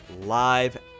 live